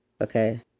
okay